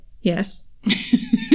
Yes